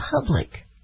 public